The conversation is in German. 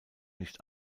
nicht